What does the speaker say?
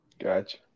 Gotcha